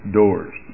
doors